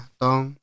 tong